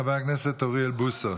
חבר הכנסת אוריאל בוסו.